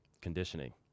Conditioning